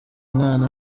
mwana